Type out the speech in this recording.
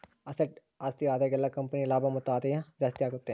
asset ಜಾಸ್ತಿ ಆದಾಗೆಲ್ಲ company ಲಾಭ ಮತ್ತು ಆದಾಯ ಜಾಸ್ತಿ ಆಗುತ್ತೆ